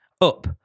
up